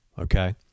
okay